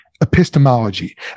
epistemology